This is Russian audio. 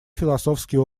философские